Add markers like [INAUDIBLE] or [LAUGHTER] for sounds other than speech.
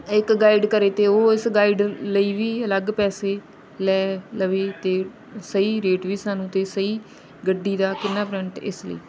ਇੱਕ ਗਾਈਡ ਕਰੇ ਅਤੇ ਉਹ ਇਸ ਗਾਈਡ ਲਈ ਵੀ ਅਲੱਗ ਪੈਸੇ ਲੈ ਲਵੇ ਅਤੇ ਸਹੀ ਰੇਟ ਵੀ ਸਾਨੂੰ ਅਤੇ ਸਹੀ ਗੱਡੀ ਦਾ ਕਿੰਨਾ [UNINTELLIGIBLE] ਇਸ ਲਈ